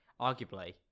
arguably